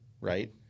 right